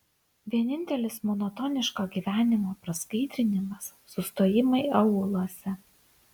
vienintelis monotoniško gyvenimo praskaidrinimas sustojimai aūluose